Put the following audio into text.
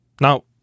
Now